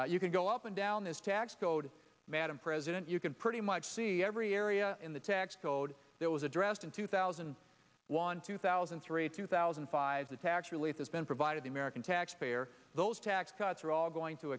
you can go up and down this tax code madam president you can pretty much see every area in the tax code there was addressed in two thousand and one two thousand and three two thousand and five the tax relief that's been provided the american taxpayer those tax cuts are all going to